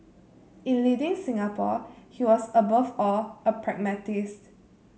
in leading Singapore he was above all a pragmatist